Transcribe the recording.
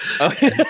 Okay